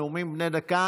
נאומים בני דקה.